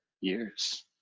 years